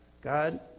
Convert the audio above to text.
God